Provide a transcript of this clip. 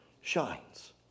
shines